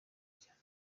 cyane